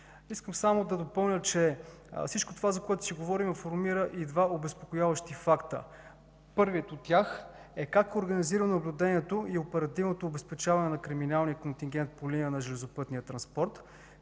Искам само да допълня, че всичко това, за което си говорим, формира и два обезпокояващи факта. Първият от тях е как е организирано наблюдението и оперативното обезпечаване на криминалния контингент по линия на железопътния транспорт,